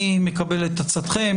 אני מקבל את עצתכם,